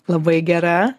labai gera